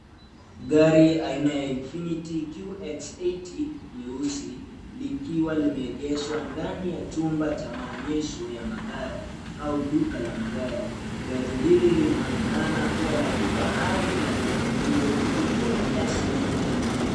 Gari aina ya Infiti QX80 nyeusi likiwa limeegeshwa ndani ya chumba cha maonyesho ya magari au duka la magari. Gari hili linaonekana kuwa la kifahari na lina muundo mkubwa wa SUV.